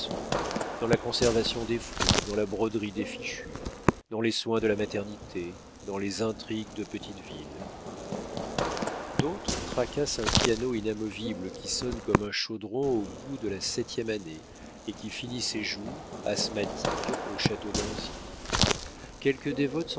dans la conservation des fruits dans la broderie des fichus dans les soins de la maternité dans les intrigues de petite ville d'autres tracassent un piano inamovible qui sonne comme un chaudron au bout de la septième année et qui finit ses jours asthmatique au château d'anzy quelques dévotes